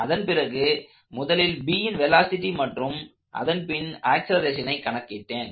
அதன் பிறகு முதலில் Bன் வெலாசிட்டி மற்றும் அதன்பின் ஆக்ஸலரேஷனை கணக்கிட்டேன்